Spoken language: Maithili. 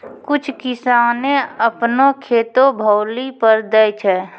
कुछ किसाने अपनो खेतो भौली पर दै छै